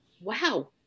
wow